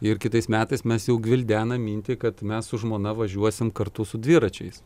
ir kitais metais mes jau gvildenam mintį kad mes su žmona važiuosim kartu su dviračiais